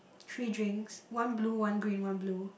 three drinks one blue one green one blue